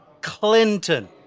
Clinton